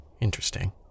interesting